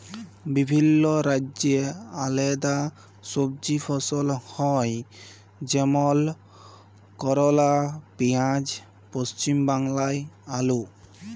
বিভিল্য রাজ্যে আলেদা সবজি ফসল হ্যয় যেমল করলা, পিয়াঁজ, পশ্চিম বাংলায় আলু